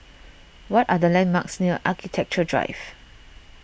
what are the landmarks near Architecture Drive